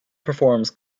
performs